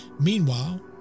Meanwhile